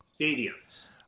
stadiums